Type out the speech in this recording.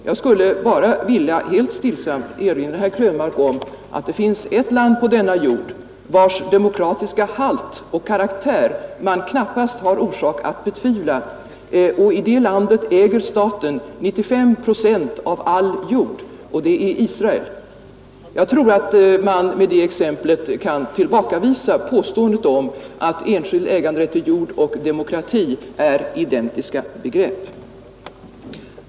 Jag skulle bara helt stillsamt vilja erinra herr Krönmark om att det på denna jord finns ett land, vars demokratiska halt och karaktär man knappast har orsak att betvivla. I det landet äger staten 95 procent av all jord. Det är Israel. Jag tror att man med det exemplet kan tillbakavisa påståendet om att enskild äganderätt till jord och demokrati är identiska begrepp.